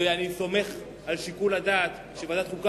ואני סומך על שיקול הדעת של ועדת החוקה,